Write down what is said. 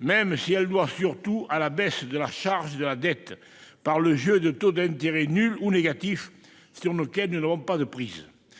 même si elle est surtout due à la baisse de la charge de la dette par le jeu de taux d'intérêt nuls, voire négatifs, sur lesquels nous n'avons pas prise.